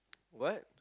what